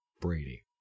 Brady